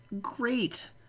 great